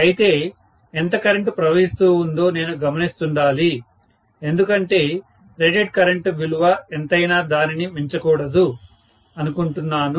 అయితే ఎంత కరెంటు ప్రవహిస్తూ ఉందో నేను గమనిస్తుండాలి ఎందుకంటే రేటెడ్ కరెంట్ విలువ ఎంతైనా దానిని మించకూడదు అనుకుంటున్నాను